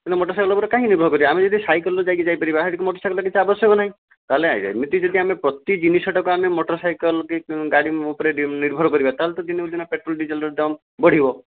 ତେଣୁ ମୋଟରସାଇକେଲ ଉପରେ କାହିଁକି ନିର୍ଭର କରିବା ଆମେ ଯଦି ସାଇକେଲରେ ଯାଇକି ଯାଇପାରିବା ସେଠି ମୋଟରସାଇକେଲର କିଛି ଆବଶ୍ୟକ ନାହିଁ ତା'ହେଲେ ଏମିତି ଯଦି ପ୍ରତିଦିନ ଜିନିଷଟାକୁ ଯଦି ଆମେ ମୋଟରସାଇକେଲ କି ଗାଡ଼ି ଉପରେ ନିର୍ଭର କରିବା ତା'ହେଲେ ଦିନକୁ ଦିନ ପେଟ୍ରୋଲ ଡିଜେଲର ଦାମ୍ ବଢ଼ିବ